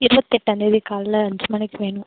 இருபத்தெட்டாந்தேதி காலைல அஞ்சு மணிக்கு வேணும்